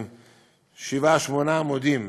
תשובה של שבעה-שמונה עמודים,